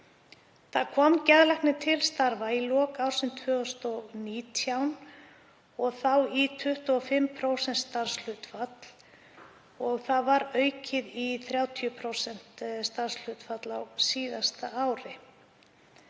Það kom geðlæknir til starfa í lok ársins 2019 og þá í 25% starfshlutfall og var það aukið í 30% starfshlutfall á síðasta ári.